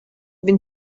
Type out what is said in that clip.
been